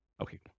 Okay